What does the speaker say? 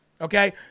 Okay